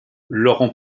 laurent